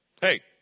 hey